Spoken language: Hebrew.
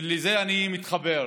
ולזה אני מתחבר: